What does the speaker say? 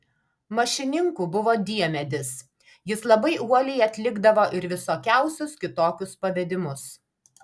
mašininku buvo diemedis jis labai uoliai atlikdavo ir visokiausius kitokius pavedimus